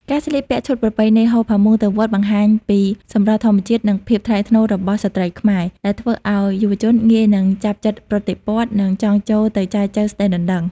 ការស្លៀកពាក់ឈុតប្រពៃណី ហូល ផាមួង ទៅវត្ត បង្ហាញពីសម្រស់ធម្មជាតិ និងភាពថ្លៃថ្នូររបស់ស្ត្រីខ្មែរ ដែលធ្វើឱ្យយុវជនងាយនឹងចាប់ចិត្តប្រតិព័ទ្ធ និងចង់ចូលទៅចែចូវស្ដីដណ្ដឹង។